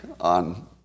on